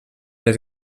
les